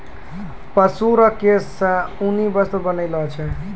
पशु रो केश से ऊनी वस्त्र बनैलो छै